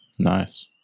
Nice